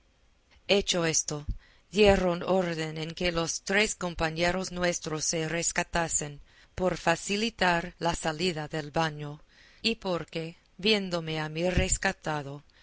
hecho esto dieron orden en que los tres compañeros nuestros se rescatasen por facilitar la salida del baño y porque viéndome a mí rescatado